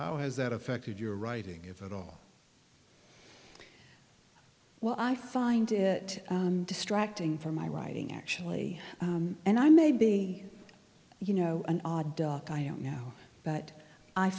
how has that affected your writing if at all well i find it distracting from my writing actually and i'm a big you know an odd duck i don't know but i